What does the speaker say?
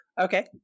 Okay